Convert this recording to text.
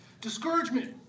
discouragement